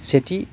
सेथि